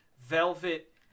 velvet